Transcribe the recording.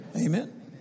Amen